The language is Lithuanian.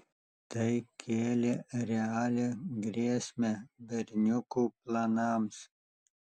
tai kėlė realią grėsmę berniukų planams